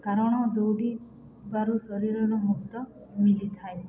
କାରଣ ଦୌଡ଼ିବାରୁ ଶରୀରର ମୁକ୍ତ ମିଳିଥାଏ